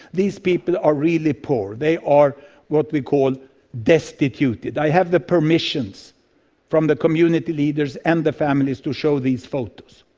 these people are really poor, they are what we call destituted. i have permission so from the community leaders and the families to show these photos.